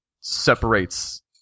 separates